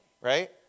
right